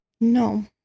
No